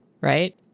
Right